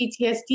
PTSD